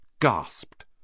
gasped